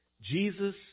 Jesus